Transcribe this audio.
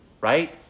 right